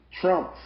Trump